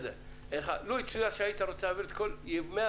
נניח היית רוצה להביא את כל היבוא